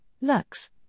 lux